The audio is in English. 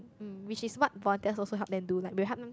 mm which is what volunteers also help them do like we'll help them